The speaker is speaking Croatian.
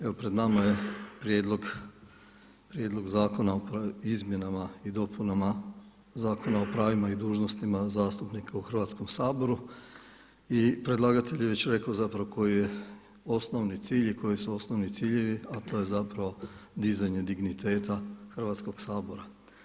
Evo pred nama je Prijedlog zakona o izmjenama i dopunama Zakona o pravima i dužnostima zastupnika u Hrvatskom saboru i predlagatelj je već rekao zapravo koji je osnovni cilj i koji su osnovni ciljevi, a to je zapravo dizanje digniteta Hrvatskog sabora.